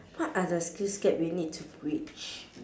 what are the skills gap you need to bridge